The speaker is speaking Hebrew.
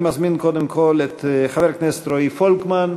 אני מזמין קודם כול את חבר הכנסת רועי פולקמן,